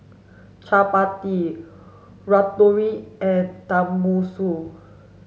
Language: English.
Chapati Ratatouille and Tenmusu